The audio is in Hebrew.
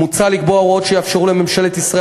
מוצע לקבוע הוראות שיאפשרו לממשלת ישראל